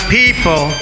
people